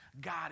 God